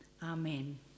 Amen